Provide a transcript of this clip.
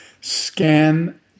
scan